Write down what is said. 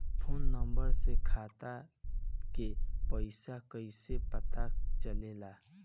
Phone number से खाता के पइसा कईसे पता चलेला?